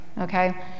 Okay